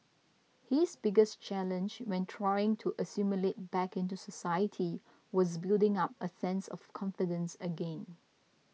his biggest challenge when trying to assimilate back into society was building up a sense of confidence again